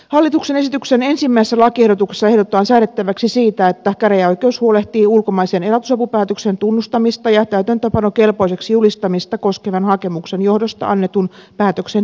hallituksen esityksen ensimmäisessä lakiehdotuksessa ehdotetaan säädettäväksi siitä että käräjäoikeus huolehtii ulkomaisen elatusapupäätöksen tunnustamista ja täytäntöönpanokelpoiseksi julistamista koskevan hakemuksen johdosta annetun päätöksen tiedoksiannosta